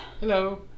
Hello